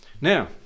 Now